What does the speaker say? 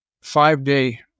five-day